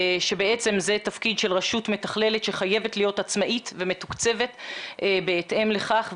זה תפקיד של רשות מתכללת שחייבת להיות עצמאית ומתוקצבת בהתאם לכך,